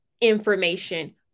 information